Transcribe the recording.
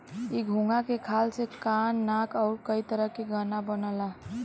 इ घोंघा के खाल से कान नाक आउर कई तरह के गहना बनला